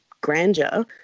grandeur